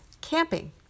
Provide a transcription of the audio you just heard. camping